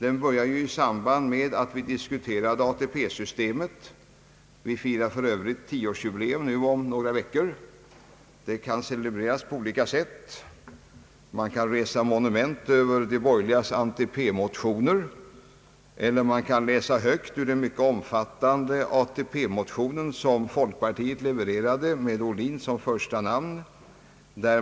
Den började i samband med att vi diskuterade ATP systemet. Vi firar för övrigt tioårsjubileum för ATP om några veckor. Det kan celebreras på olika sätt: man kan resa monument över de borgerligas »anti-ATP-motioner», eller man kan läsa högt ur den mycket omfattande anti ATP-motionen som folkpartiet levererade med Ohlin som första namn.